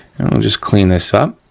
just clean this up.